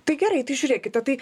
tai gerai tai žiūrėkite tai